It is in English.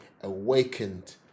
awakened